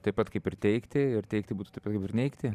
taip pat kaip ir teikti ir teikti būtų taip pat kaip ir neigti